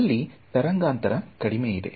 ಅಲ್ಲಿ ತರಂಗಾಂತರ ಕಡಿಮೆ ಇದೆ